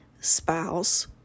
spouse